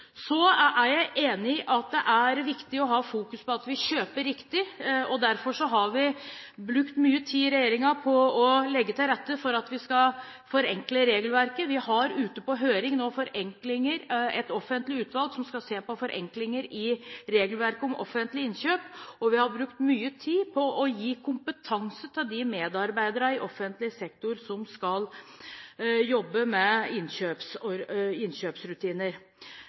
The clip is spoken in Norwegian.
Så er jeg enig i at det er viktig å ha fokus på at vi kjøper riktig. Derfor har vi brukt mye tid i regjeringen på å legge til rette for å forenkle regelverket. Vi har nå ute på høring dette med forenklinger. Et offentlig utvalg skal se på forenklinger i regelverket om offentlige innkjøp, og vi har brukt mye tid på å gi kompetanse til de medarbeiderne i offentlig sektor som skal jobbe med innkjøpsrutiner.